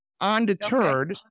Undeterred